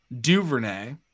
Duvernay